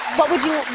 what would you